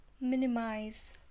minimize